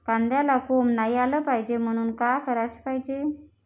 कांद्याला कोंब नाई आलं पायजे म्हनून का कराच पायजे?